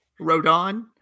Rodon